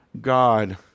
God